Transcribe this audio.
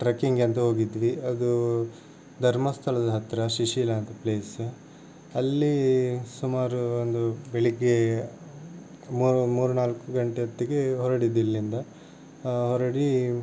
ಟ್ರೆಕ್ಕಿಂಗೆ ಅಂತ ಹೋಗಿದ್ವಿ ಅದು ಧರ್ಮಸ್ಥಳದ ಹತ್ತಿರ ಶಿಶಿಲ ಅಂತ ಪ್ಲೇಸ ಅಲ್ಲಿ ಸುಮಾರು ಒಂದು ಬೆಳಿಗ್ಗೆ ಮೂರು ಮೂರು ನಾಲ್ಕು ಗಂಟೆ ಹೊತ್ತಿಗೆ ಹೊರಟಿದ್ದಿಲ್ಲಿಂದ ಹೊರಡಿ